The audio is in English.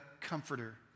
comforter